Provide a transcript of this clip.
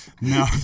No